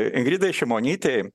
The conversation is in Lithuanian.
ingridai šimonytei